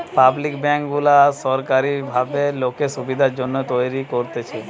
public bank গুলা সোরকারী ভাবে লোকের সুবিধার জন্যে তৈরী করতেছে